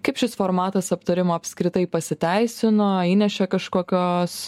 kaip šis formatas aptarimo apskritai pasiteisino įnešė kažkokios